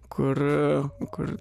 kur kur